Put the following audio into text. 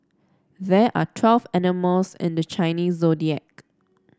there are twelve animals in the Chinese Zodiac